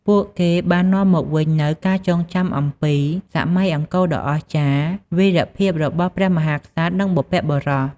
ពួកគេបាននាំមកវិញនូវការចងចាំអំពី សម័យអង្គរដ៏អស្ចារ្យ វីរភាពរបស់ព្រះមហាក្សត្រ និងបុព្វបុរស។